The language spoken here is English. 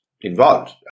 involved